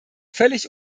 völlig